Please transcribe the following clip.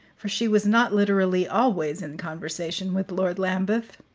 for she was not literally always in conversation with lord lambeth.